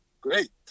great